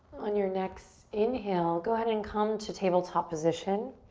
on your next inhale, go ahead and come to tabletop position.